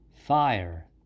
fire